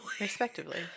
Respectively